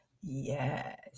yes